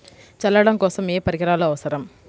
చల్లడం కోసం ఏ పరికరాలు అవసరం?